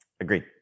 Agreed